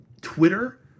Twitter